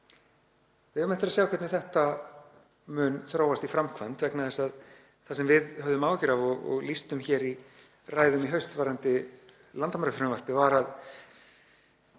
Við eigum eftir að sjá hvernig þetta mun þróast í framkvæmd vegna þess að það sem við höfðum áhyggjur af og lýstum hér í ræðum í haust varðandi landamærafrumvarpið var að